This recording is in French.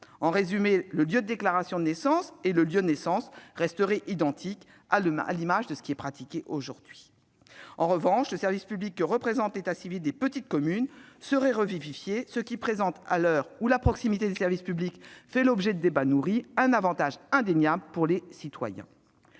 En résumé, le lieu de déclaration de la naissance et le lieu de naissance resteraient identiques, à l'image de ce qui est pratiqué aujourd'hui. En revanche, le service public que représente l'état civil des petites communes serait revivifié, ce qui représente, à l'heure où la proximité des services publics fait l'objet de débats nourris, un avantage indéniable pour les citoyens.